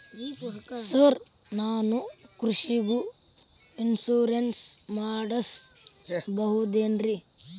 Sir ನಾನು ಕೃಷಿಗೂ insurance ಮಾಡಸಬಹುದೇನ್ರಿ?